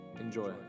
Enjoy